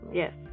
yes